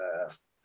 Yes